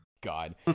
god